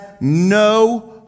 no